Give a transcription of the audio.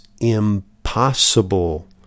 impossible